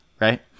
right